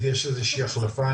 יש איזושהי החלפה,